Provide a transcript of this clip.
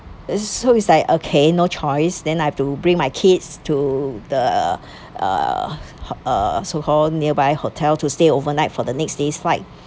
uh so it's like okay no choice then I have to bring my kids to the uh uh so called nearby hotel to stay overnight for the next day's fight